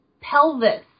pelvis